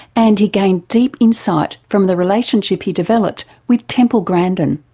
and he gained deep insight from the relationship he developed with temple grandin.